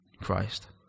Christ